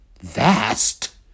Vast